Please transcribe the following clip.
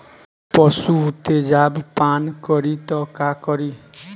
पशु तेजाब पान करी त का करी?